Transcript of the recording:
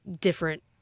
different